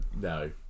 No